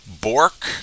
Bork